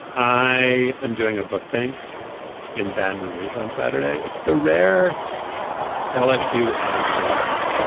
i am doing a book thing in baton rouge on saturday. it's the rare lsu and saints